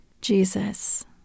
Jesus